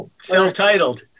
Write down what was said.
self-titled